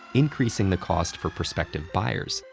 increasing the cost for prospective buyers,